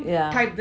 yeah